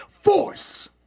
force